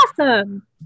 Awesome